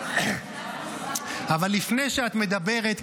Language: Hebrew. אבל לפני שאת מדברת,